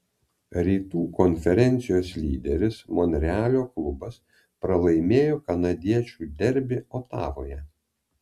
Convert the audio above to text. rytų konferencijos lyderis monrealio klubas pralaimėjo kanadiečių derbį otavoje